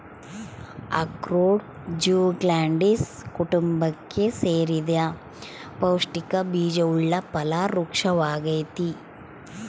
ಅಖ್ರೋಟ ಜ್ಯುಗ್ಲಂಡೇಸೀ ಕುಟುಂಬಕ್ಕೆ ಸೇರಿದ ಪೌಷ್ಟಿಕ ಬೀಜವುಳ್ಳ ಫಲ ವೃಕ್ಪವಾಗೈತಿ